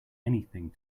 anything